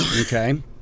okay